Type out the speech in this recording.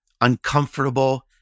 uncomfortable